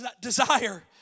desire